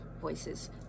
voices